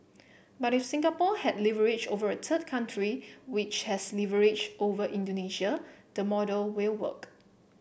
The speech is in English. but if Singapore has leverage over a third country which has leverage over Indonesia the model will work